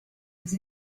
with